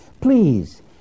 please